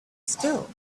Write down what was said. still